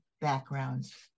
backgrounds